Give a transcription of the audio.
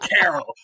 Carol